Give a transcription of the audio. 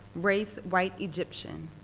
race, white egyptian.